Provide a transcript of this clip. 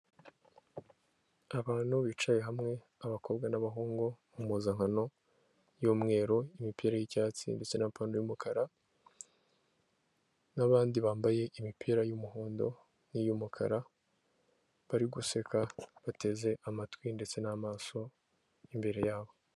Abantu bicaye hamwe abakobwa n'abahungu imppuzankano y'umweru imipira y'icyatsi ndetse na polo y'umukara nabandi bambaye imipira y'umuhondo ni y'umukara bari guseka bateze amatwi ndetse n'amaso imbere yabo.